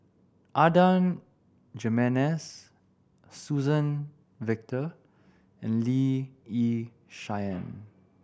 Adan Jimenez Suzann Victor and Lee Yi Shyan